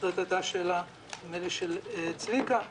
זאת הייתה שאלה של צביקה האוזר.